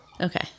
Okay